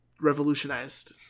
revolutionized